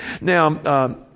Now